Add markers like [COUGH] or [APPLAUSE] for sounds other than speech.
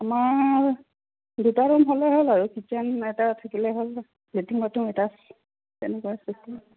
আমাৰ দুটা ৰুম হ'লে হ'ল আৰু কিটচেন এটা থাকিলে হ'ল লেট্ৰিন বাটৰুম এটাচড তেনেকুৱা [UNINTELLIGIBLE]